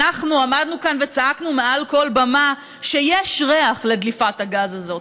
אנחנו עמדנו כאן וצעקנו מעל כל במה שיש ריח לדליפת הגז הזאת,